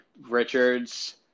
richards